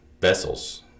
vessels